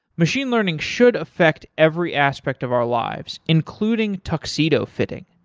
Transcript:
machine learning should affect every aspect of our lives including tuxedo fitting.